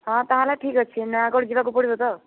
ହଁ ତା'ହେଲେ ଠିକ୍ ଅଛି ନୟାଗଡ଼ ଯିବାକୁ ପଡ଼ିବ ତ